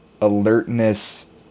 Alertness